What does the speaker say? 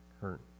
hurt